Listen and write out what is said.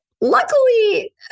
luckily